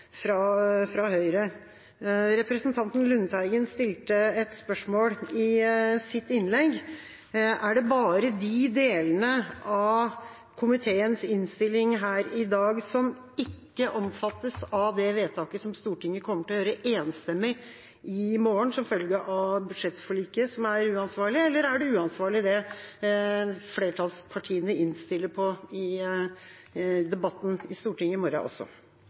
fra Fremskrittspartiet, inne på og også talspersonen for Høyre. Representanten Lundteigen stilte et spørsmål i sitt innlegg. Er det bare de delene av komiteens innstilling i dag som ikke omfattes av det vedtaket som Stortinget kommer til å gjøre enstemmig i morgen – som følge av budsjettforliket – som er uansvarlig, eller er det uansvarlig også det flertallspartiene innstiller på i debatten i Stortinget i morgen?